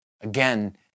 Again